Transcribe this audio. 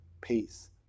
peace